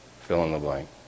fill-in-the-blank